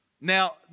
Now